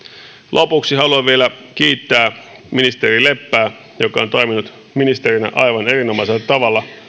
lopuksi haluan vielä kiittää ministeri leppää joka on toiminut ministerinä aivan erinomaisella tavalla